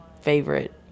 favorite